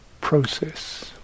process